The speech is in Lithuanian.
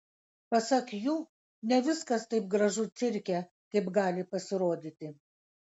pasak jų ne viskas taip gražu cirke kaip gali pasirodyti